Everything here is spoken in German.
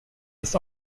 ist